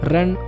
Run